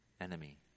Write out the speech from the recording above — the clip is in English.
enemy